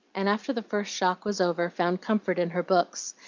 and after the first shock was over found comfort in her books,